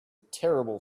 terrible